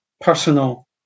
personal